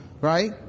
right